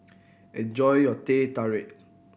enjoy your Teh Tarik